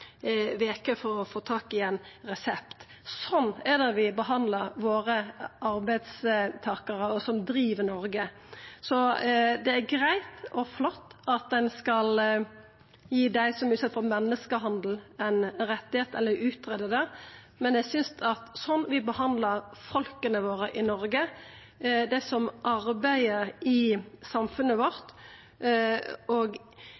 for å få tak i ein resept. Sånn er det vi behandlar arbeidstakarane våre, dei som driv Noreg. Det er greitt og flott at ein skal gi dei som er utsette for menneskehandel, ein rett – eller greia det ut – men eg synest at sånn vi behandlar folka våre i Noreg, dei som arbeider i samfunnet vårt, og